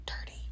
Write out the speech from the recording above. dirty